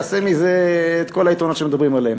תעשה מזה את כל היתרונות שמדברים עליהם.